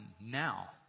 now